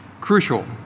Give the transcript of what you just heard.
crucial